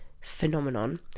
phenomenon